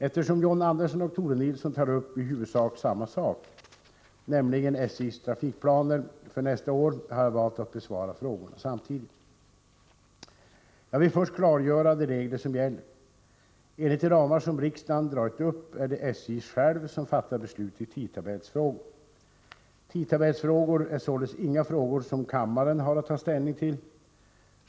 Eftersom John Andersson och Tore Nilsson tar upp i huvudsak samma sak, nämligen SJ:s trafikplaner för nästa år, har jag valt att besvara frågorna samtidigt. Jag vill först klargöra de regler som gäller. Enligt de ramar som riksdagen dragit upp är det SJ självt som fattar beslut i tidtabellsfrågor. Tidtabellsfrågor är således inga frågor som kammaren har att ta ställning till.